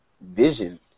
vision